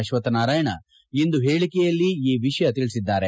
ಅಕ್ಷಕ್ಷ ನಾರಾಯಣ ಇಂದು ಹೇಳಿಕೆಯಲ್ಲಿ ಈ ವಿಷಯ ತಿಳಿಸಿದ್ದಾರೆ